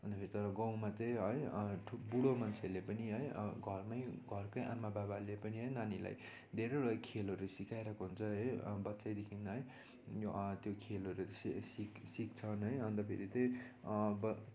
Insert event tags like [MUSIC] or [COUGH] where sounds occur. अनि फेरि तर गाउँमा त है त्यो बुढो मान्छेहरूले पनि है घरमा घरकै आमा बाबाले पनि है नानीलाई धेरैवटा खेलहरू सिकाइरहेको हुन्छ है अन्त [UNINTELLIGIBLE] है यो त्यो खेलहरू चाहिँ सिक् सिक् सिक्छन् है अन्त फेरि त अब